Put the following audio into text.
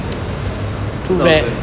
two thousand